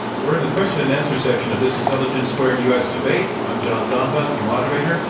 we're in the question and answer section of this intelligence squared u. s. debate. i'm john donvan, your moderator.